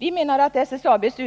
Vi menar att SSAB:s